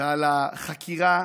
ועל החקירה